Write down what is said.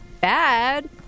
bad